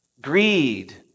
greed